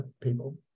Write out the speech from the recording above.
people